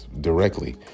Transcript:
directly